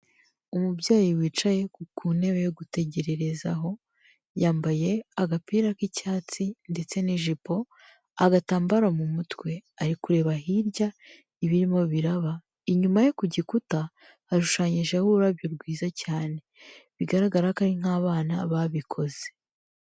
Umubyeyi wicaye ku ntebe yo gutegererezaho, yambaye agapira k'icyatsi ndetse n'ijipo, agatambaro mu mutwe, ari kureba hirya ibirimo biraba, inyuma ye ku gikuta hashushanyijeho ururabyo rwiza cyane, bigaragara ko ari nk'abana babikoze.